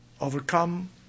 overcome